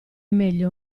meglio